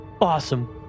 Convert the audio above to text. Awesome